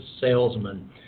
salesman